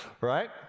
right